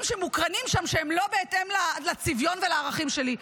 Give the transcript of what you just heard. שמוקרנים שם שהם לא בהתאם לצביון ולערכים שלי.